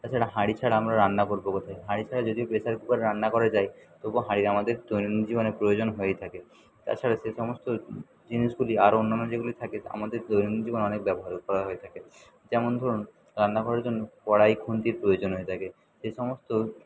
তাছাড়া হাঁড়ি ছাড়া আমরা রান্না করবো কোথায় হাঁড়ি ছাড়া যদিও প্রেসার কুকারে রান্না করা যায় তবুও হাঁড়ির আমাদের দৈনন্দিন জীবনে প্রয়োজন হয়েই থাকে তাছাড়া সেসমস্ত জিনিসগুলি আর অন্যান্য যেগুলি থাকে আমাদের দৈনন্দিন জীবনে অনেক ব্যবহার করা হয়ে থাকে যেমন ধরুন রান্নাঘরের জন্য কড়াই খুন্তির প্রয়োজন হয়ে থাকে এসমস্ত